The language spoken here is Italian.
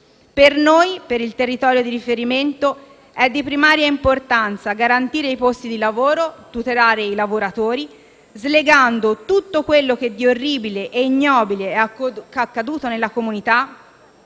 Per noi, per il territorio di riferimento, è di primaria importanza garantire i posti di lavoro e tutelare i lavoratori, slegando tutto quello che di orribile e ignobile è accaduto nella comunità